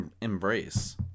embrace